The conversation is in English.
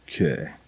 Okay